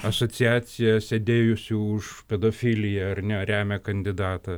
asociacija sėdėjusių už pedofiliją ar ne remia kandidatą